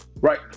right